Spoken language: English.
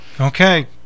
Okay